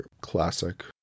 classic